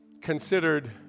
considered